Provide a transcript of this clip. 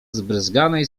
zbryzganej